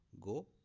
go